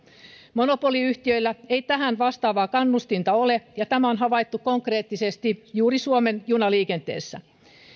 monopoliyhtiöllä ei tähän vastaavaa kannustinta ole ja tämä on havaittu konkreettisesti juuri suomen junaliikenteessä